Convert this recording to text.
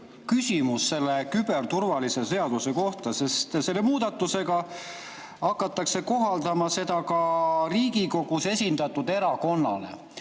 küsimus selle küberturvalisuse seaduse kohta, sest selle muudatusega hakatakse seda kohaldama ka Riigikogus esindatud erakonnale.